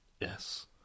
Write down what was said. Yes